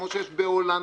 כמו שיש בהולנד,